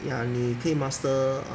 ya 你可以 master